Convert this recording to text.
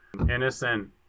innocent